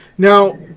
Now